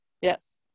Yes